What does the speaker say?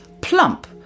plump